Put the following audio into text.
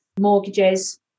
mortgages